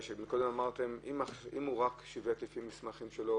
קודם אמרתם אם הוא רק שיווק לפי המסמכים שלו,